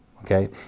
okay